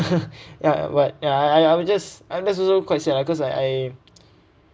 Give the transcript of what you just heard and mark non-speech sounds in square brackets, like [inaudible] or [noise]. [laughs] ya but I I I'm just I'm just also quite sad lah cause like I